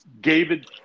David